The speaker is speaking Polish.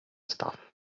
staw